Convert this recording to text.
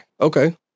Okay